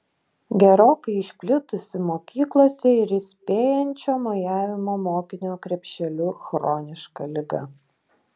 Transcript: gerokai išplitusi mokyklose ir įspėjančio mojavimo mokinio krepšeliu chroniška liga